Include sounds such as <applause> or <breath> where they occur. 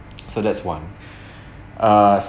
<noise> so that's one <breath> uh